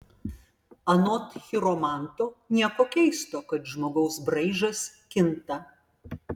anot chiromanto nieko keisto kad žmogaus braižas kinta